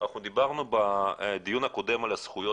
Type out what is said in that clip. אנחנו דיברנו בדיון הקודם על הזכויות